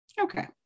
Okay